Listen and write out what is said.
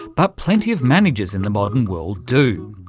but plenty of managers in the modern world do.